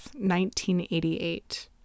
1988